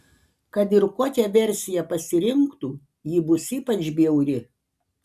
kad ir kokią versiją pasirinktų ji bus ypač bjauri